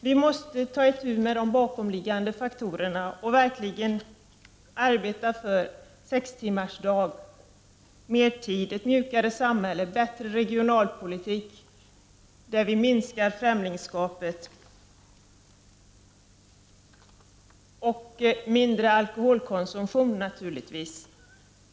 Vi måste ta itu med de bakomliggande faktorerna och verkligen arbeta för sex timmars arbetsdag, mera tid, ett mjukare samhälle, en bättre regionalpolitik som minskar främlingskapet och naturligtvis lägre alkoholkonsumtion.